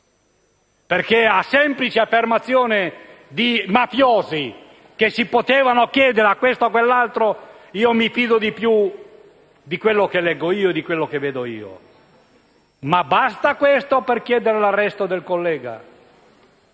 a semplici affermazioni di mafiosi, che si potevano chiedere a questo o quell'altro, mi fido di più di quello che leggo e vedo. Basta questo per chiedere l'arresto del collega?